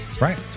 Right